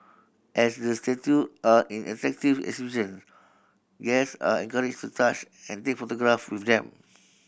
as the statue are an interactive exhibit guests are encouraged to touch and take photograph with them